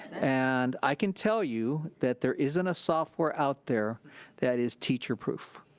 and i can tell you that there isn't a software out there that is teacher-proof.